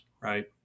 right